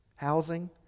housing